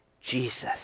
Jesus